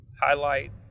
highlight